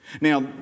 Now